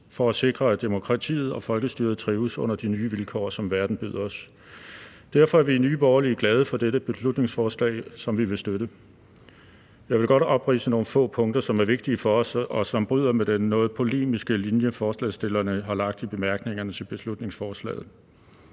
for at sikre, at demokratiet og folkestyret trives under de vilkår, som verden byder os. Derfor er vi i Nye Borgerlige glade for dette beslutningsforslag, som vi vil støtte. Jeg vil godt opridse nogle få punkter, som er vigtige for os, og som bryder med den noget polemiske linje, forslagsstillerne har lagt i bemærkningerne til beslutningsforslaget.